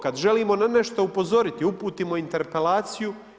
Kada želimo na nešto upozoriti uputimo interpelaciju.